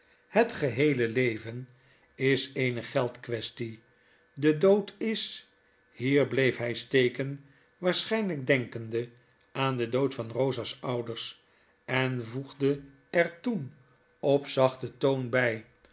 het geheele leven is eene geldquaestie de dood is hier bleef hij steken waarschynlyk denkende aan den dood van rosa's ouders en voegde er toen op zachten toon by